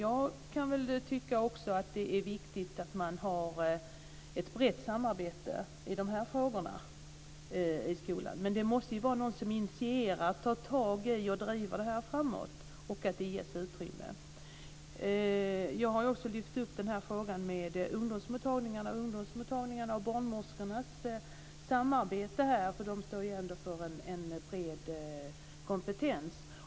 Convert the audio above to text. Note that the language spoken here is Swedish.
Jag tycker också att det är viktigt med ett brett samarbete i frågorna i skolan. Men det måste vara någon som initierar och driver frågorna framåt. Jag har också lyft upp frågan om barnmorskornas samarbete vid ungdomsmottagningarna. De står för en bred kompetens.